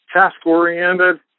Task-oriented